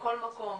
מכל מקום,